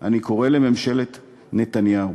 אני קורא לממשלת נתניהו: